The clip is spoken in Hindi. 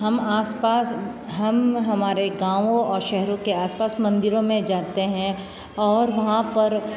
हम आसपास हम हमारे गाँवों और शहरों के आसपास मंदिरों में जाते हैं और वहाँ पर